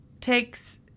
takes